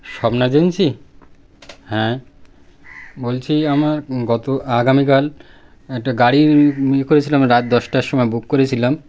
Swapna agency হ্যাঁ বলছি আমার গত আগামীকাল একটা গাড়ি ইয়ে করেছিলাম রাত দশটার সময় বুক করেছিলাম